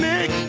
Nick